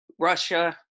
Russia